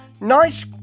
nice